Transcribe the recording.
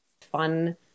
fun